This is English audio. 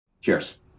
Cheers